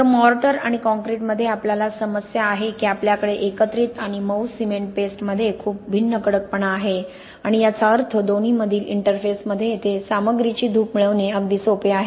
तर मॉर्टर आणि कॉंक्रिटमध्ये आपल्याला समस्या आहे की आपल्याकडे एकत्रित आणि मऊ सिमेंट पेस्टमध्ये खूप भिन्न कडकपणा आहे आणि याचा अर्थ दोन्हीमधील इंटरफेसमध्ये येथे सामग्रीची धूप मिळवणे अगदी सोपे आहे